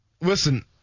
Listen